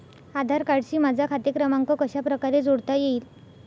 आधार कार्डशी माझा खाते क्रमांक कशाप्रकारे जोडता येईल?